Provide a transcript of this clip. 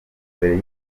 mbere